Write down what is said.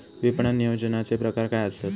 विपणन नियोजनाचे प्रकार काय आसत?